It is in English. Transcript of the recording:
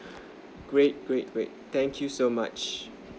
great great great thank you so much